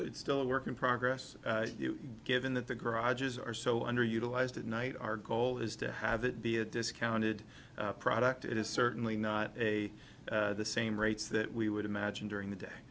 it's still a work in progress given that the garages are so underutilized at night our goal is to have it be a discounted product it is certainly not a the same rates that we would imagine during the day